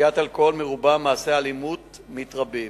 שתיית אלכוהול מרובה, מעשי האלימות רבים.